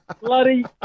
Bloody